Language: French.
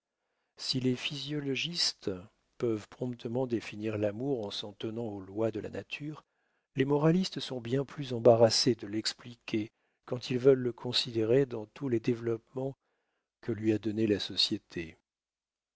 si les physiologistes peuvent promptement définir l'amour en s'en tenant aux lois de la nature les moralistes sont bien plus embarrassés de l'expliquer quand ils veulent le considérer dans tous les développements que lui a donnés la société